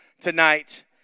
tonight